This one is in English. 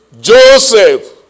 Joseph